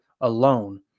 alone